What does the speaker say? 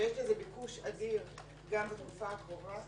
ויש לזה ביקוש אדיר גם בתקופה הקרובה.